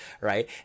right